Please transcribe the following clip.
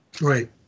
Right